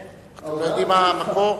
אתם יודעים מה המקור?